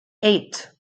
eight